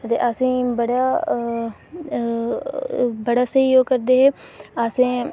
ते असेंगी बड़ा बड़ा स्हेई ओह् करदे हे असें